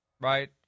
right